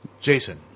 Jason